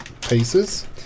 pieces